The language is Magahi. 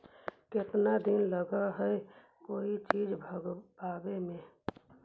केतना दिन लगहइ कोई चीज मँगवावे में?